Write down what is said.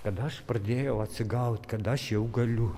kad aš pradėjau atsigaut kad aš jau galiu